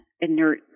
inert